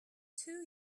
two